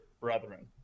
brethren